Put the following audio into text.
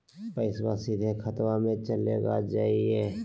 पैसाबा सीधे खतबा मे चलेगा जयते?